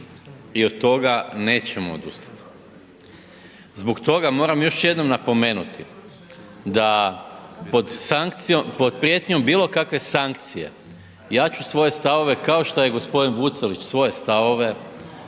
i od toga nećemo odustati. Zbog toga moram još jednom napomenuti da pod prijetnjom bilo kakve sankcije ja ću svoje stavove, kao što je gospodin Vucelić svoje stavove